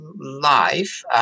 life